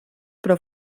però